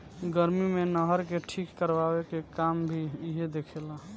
गर्मी मे नहर के ठीक करवाए के काम भी इहे देखे ला